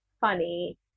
funny